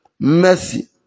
Mercy